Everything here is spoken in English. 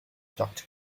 doctor